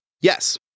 Yes